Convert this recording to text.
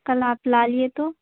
کل آپ لائیے تو